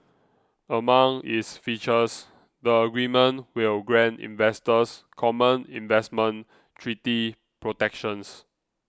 among its features the agreement will grant investors common investment treaty protections